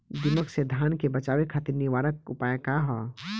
दिमक से धान के बचावे खातिर निवारक उपाय का ह?